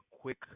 quick